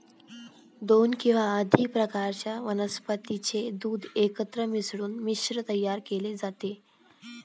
दोन किंवा अधिक प्रकारातील वनस्पतीचे दूध एकत्र मिसळून मिश्रण तयार केले जाते